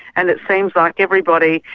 and it seems like everybody,